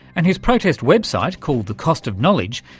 and his protest website, called the cost of knowledge,